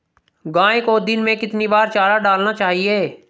गाय को दिन में कितनी बार चारा डालना चाहिए?